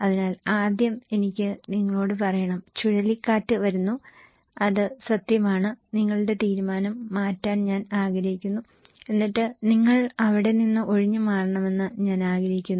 അതിനാൽ ആദ്യം എനിക്ക് നിങ്ങളോട് പറയണം ചുഴലിക്കാറ്റ് വരുന്നു അത് സത്യമാണ് നിങ്ങളുടെ തീരുമാനം മാറ്റാൻ ഞാൻ ആഗ്രഹിക്കുന്നു എന്നിട്ട് നിങ്ങൾ അവിടെ നിന്ന് ഒഴിഞ്ഞുമാറണമെന്ന് ഞാൻ ആഗ്രഹിക്കുന്നു